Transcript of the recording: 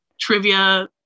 trivia